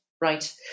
right